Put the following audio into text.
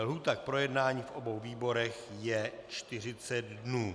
Lhůta k projednání v obou výborech je 40 dnů.